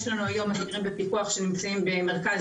יש לנו היום מבקרים בפיקוח שנמצאים במרכז